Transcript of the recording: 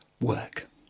Work